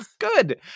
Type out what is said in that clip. Good